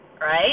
right